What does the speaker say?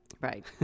Right